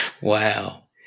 Wow